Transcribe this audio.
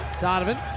Donovan